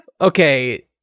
Okay